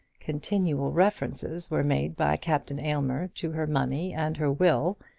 continual references were made by captain aylmer to her money and her will,